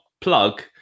plug